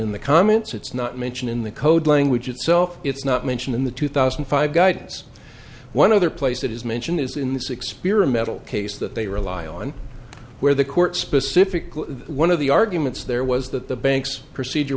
in the comments it's not mentioned in the code language itself it's not mentioned in the two thousand and five guidance one other place that is mention is in this experimental case that they rely on where the court specifically one of the arguments there was that the banks procedure